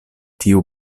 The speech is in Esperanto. tiu